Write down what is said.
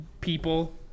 people